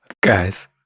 Guys